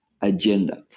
agenda